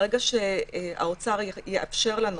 ברגע שהאוצר יאפשר לנו